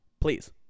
Please